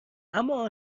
اما